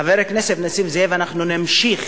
חבר הכנסת נסים זאב, אנחנו נמשיך